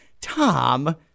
Tom